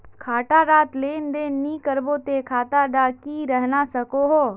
खाता डात लेन देन नि करबो ते खाता दा की रहना सकोहो?